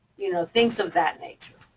you know, things of that nature.